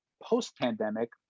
post-pandemic